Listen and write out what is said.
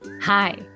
Hi